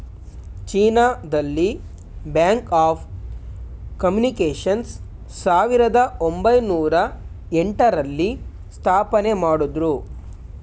China ದಲ್ಲಿ Bank of Communications ಸಾವಿರದ ಒಂಬೈನೊರ ಎಂಟ ರಲ್ಲಿ ಸ್ಥಾಪನೆಮಾಡುದ್ರು